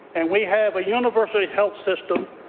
and we have a universal health system.